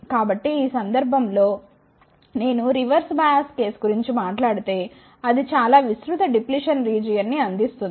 కాబట్టి ఈ సందర్భం లో నేను రివర్స్ బయాస్ కేసు గురించి మాట్లాడితే అది చాలా విస్తృత డిప్లిషన్ రీజియన్ని అందిస్తుంది